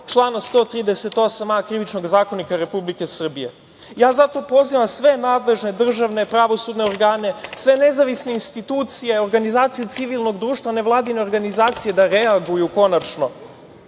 člana 138a Krivičnog zakonika Republike Srbije. Zato pozivam sve nadležne državne, pravosudne organe, sve nezavisne institucije, organizacije civilnog društva, nevladine organizacije, da reaguju konačno.